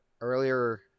earlier